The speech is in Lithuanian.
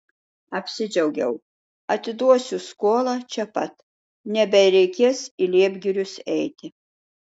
apsidžiaugiau atiduosiu skolą čia pat nebereikės į liepgirius eiti